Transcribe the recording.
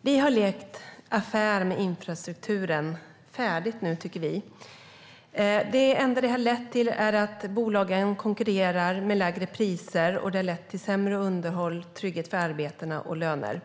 Vi har lekt affär med infrastrukturen färdigt nu, tycker vi. Det enda det har lett till är att bolagen konkurrerar med lägre priser, vilket har lett till sämre underhåll, sämre trygghet i fråga om arbetena och sämre löner.